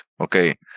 Okay